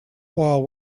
while